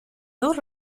dos